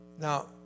Now